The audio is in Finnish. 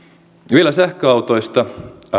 vielä sähköautoista olin